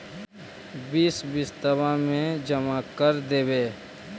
बिस किस्तवा मे जमा कर देवै?